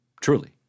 Truly